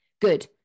Good